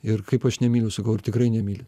ir kaip aš nemyliu sakau ar tikrai nemyli